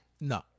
No